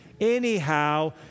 anyhow